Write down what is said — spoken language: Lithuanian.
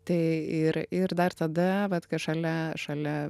tai ir ir dar tada vat kad šalia šalia